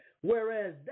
whereas